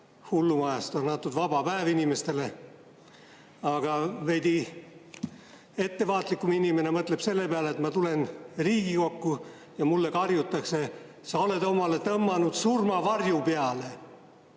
hullumajast on antud inimestele vaba päev. Aga veidi ettevaatlikum inimene mõtleb selle peale, et ma tulen Riigikokku ja mulle karjutakse: "Sa oled omale tõmmanud surmavarju peale!